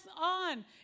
on